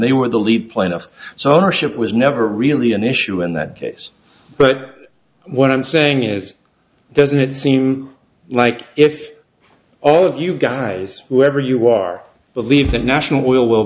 they were the lead plaintiff so ownership was never really an issue in that case but what i'm saying is doesn't it seem like if all of you guys whoever you are believe the national oilwell